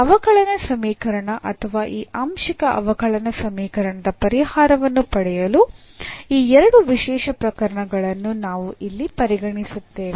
ಈ ಅವಕಲನ ಸಮೀಕರಣ ಅಥವಾ ಈ ಅಂಶಿಕ ಅವಕಲನ ಸಮೀಕರಣದ ಪರಿಹಾರವನ್ನು ಪಡೆಯಲು ಈ ಎರಡು ವಿಶೇಷ ಪ್ರಕರಣಗಳನ್ನು ನಾವು ಇಲ್ಲಿ ಪರಿಗಣಿಸುತ್ತೇವೆ